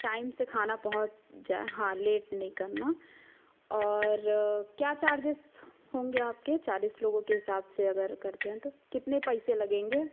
time से खाना पहुंच जाए हाँ लेट नहीं करना और क्या चार्जेस होंगे आपके चालीस लोगों के हिसाब से अगर करते हैं तो कितने पैसे लगेंगे